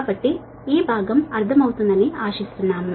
కాబట్టి ఈ భాగం అర్థమవుతుందని ఆశిస్తున్నాము